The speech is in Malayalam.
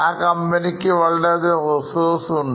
ആ കമ്പനിക്കുവളരെയധികം Reserves ഉണ്ട്